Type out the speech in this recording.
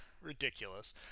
Ridiculous